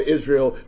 Israel